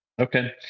Okay